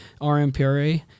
RMPRA